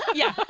yeah,